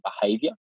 behavior